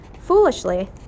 Foolishly